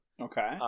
Okay